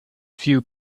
few